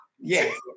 Yes